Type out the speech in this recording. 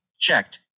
checked